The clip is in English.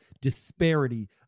disparity